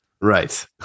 Right